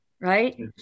right